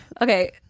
Okay